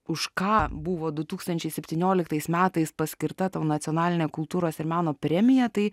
už ką buvo du tūkstančiai septynioliktais metais paskirta tau nacionalinė kultūros ir meno premija tai